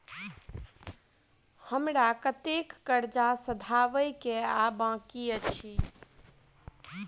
हमरा कतेक कर्जा सधाबई केँ आ बाकी अछि?